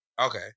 Okay